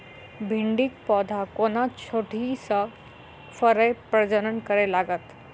भिंडीक पौधा कोना छोटहि सँ फरय प्रजनन करै लागत?